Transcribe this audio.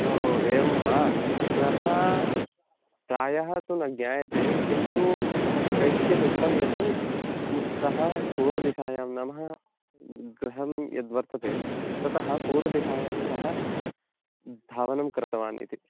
ओ एवं वा सः प्रायः तु न ज्ञायते किन्तु कैश्चित् उक्तं यत् सः पूर्वदिशायां नाम गृहं यद् वर्तते ततः पूर्वदिशायां सः धावनं कृतवान् इति